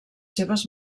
seves